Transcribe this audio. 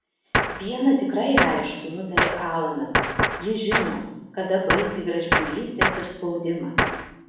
viena tikrai aišku nutarė alanas ji žino kada baigti gražbylystes ir spaudimą